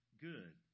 good